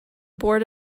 board